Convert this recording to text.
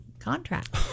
Contract